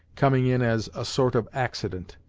coming in as a sort of accident.